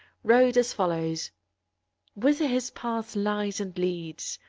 wrote as follows whither his path lies and leads,